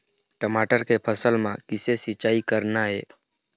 टमाटर के फसल म किसे सिचाई करना ये?